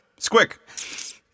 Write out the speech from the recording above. Squick